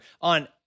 on